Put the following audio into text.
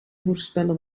voorspellen